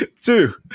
two